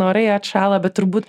orai atšąla bet turbūt